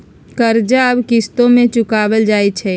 कर्जा अब किश्तो में चुकाएल जाई छई